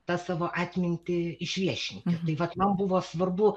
tą savo atmintį išviešinti tai vat man buvo svarbu